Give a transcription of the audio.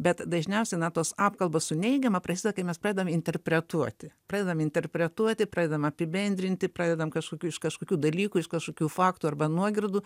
bet dažniausiai na tos apkalbos su neigiama prasideda kai mes pradedam interpretuoti pradedam interpretuoti pradedam apibendrinti pradedam kažkokių iš kažkokių dalykų iš kažkokių faktų arba nuogirdų